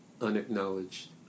unacknowledged